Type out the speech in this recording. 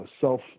self